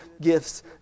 gifts